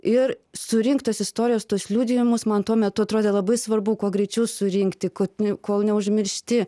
ir surinktos istorijos tuos liudijimus man tuo metu atrodė labai svarbu kuo greičiau surinkti kad nu kol neužmiršti